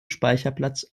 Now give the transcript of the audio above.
speicherplatz